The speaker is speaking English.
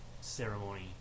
ceremony